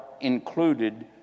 included